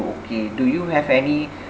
okay do you have any